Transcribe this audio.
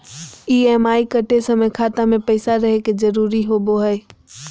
EMI कटे समय खाता मे पैसा रहे के जरूरी होवो हई